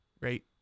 right